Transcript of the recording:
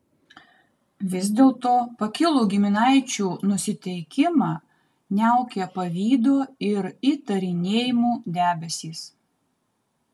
vis dėlto pakilų giminaičių nusiteikimą niaukė pavydo ir įtarinėjimų debesys